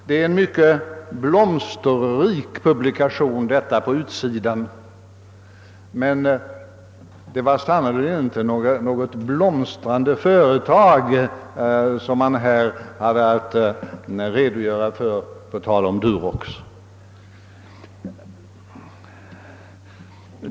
Det är en på utsidan mycket blomsterrik publikation, men det var sannerligen inte något blomstrande företag som man hade att redogöra för på tal om Durox.